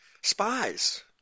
Spies